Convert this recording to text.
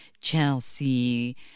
Chelsea